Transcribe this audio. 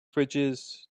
fridges